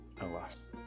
Alas